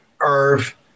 Irv